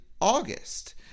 August